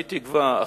ואני תקווה,